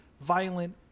violent